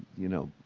you know,